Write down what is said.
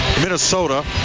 Minnesota